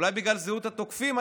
אולי בגלל זהות התוקפים?